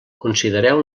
considereu